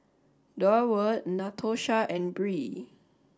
Durward Natosha and Bree